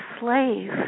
slave